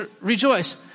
rejoice